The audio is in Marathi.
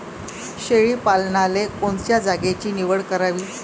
शेळी पालनाले कोनच्या जागेची निवड करावी?